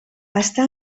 està